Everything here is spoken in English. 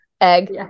Egg